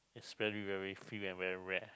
is very very few and very rare